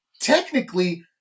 technically